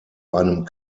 einem